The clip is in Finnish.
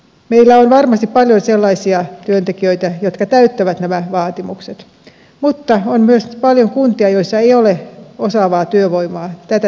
meillä on varmasti paljon sellaisia työntekijöitä jotka täyttävät nämä vaatimukset mutta on myöskin paljon kuntia joissa ei ole osaavaa työvoimaa tätä tehtävää varten